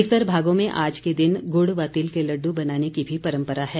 अधिकतर भागों में आज के दिन गुड़ व तिल के लड्डू बनाने की भी परम्परा है